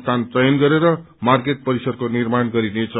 स्थान चयन गरेर मार्केट परिसरको निर्माण गरिनेछ